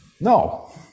No